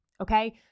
okay